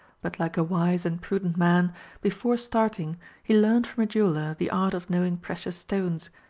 but like a wise and prudent man, before starting he learnt from a jeweller the art of knowing precious stones.